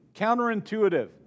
counterintuitive